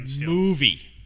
movie